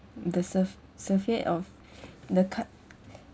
the surf surfeit of the ca~